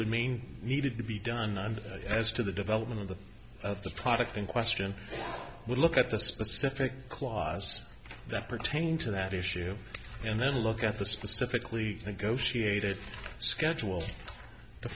remains needed to be done and as to the development of the of the product in question would look at the specific clause that pertain to that issue and then look at the specifically negotiated schedule to